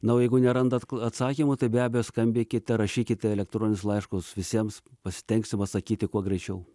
na o jeigu nerandat atsakymų tai be abejo skambinkite rašykite elektroninius laiškus visiems pasistengsim atsakyti kuo greičiau